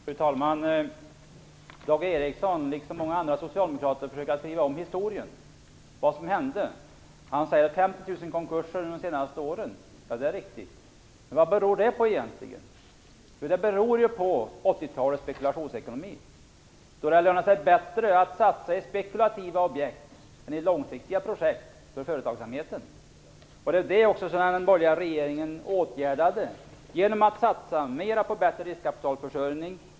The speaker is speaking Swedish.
Fru talman! Dag Ericson, liksom många andra socialdemokrater, försöker att skriva om historien. Han talar om att det har skett 50 000 konkurser under de senaste åren. Det är riktigt. Men vad beror egentligen det på? Jo, det beror ju på 80-talets spekulationsekonomi. Det lönade sig då bättre för företagsamheten att satsa i spekulativa objekt än i långsiktiga projekt. Det är det som den borgerliga regeringen åtgärdade genom att den satsade på bättre riskkapitalförsörjning.